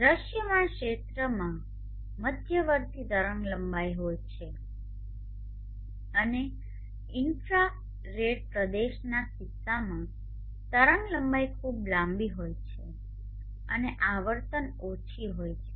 દૃશ્યમાન ક્ષેત્રમાં મધ્યવર્તી તરંગલંબાઇ હોય છે અને ઇન્ફ્ર્રા ઇન્ફ્રારેડ પ્રદેશના કિસ્સામાં તરંગલંબાઇ ખૂબ લાંબી હોય છે અને આવર્તન ઓછી હોય છે